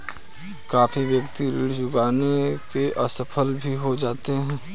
काफी व्यक्ति ऋण चुकाने में असफल भी हो जाते हैं